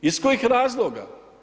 Iz kojih razloga?